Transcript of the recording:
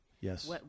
Yes